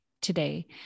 today